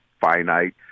finite